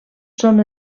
són